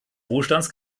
wohlstands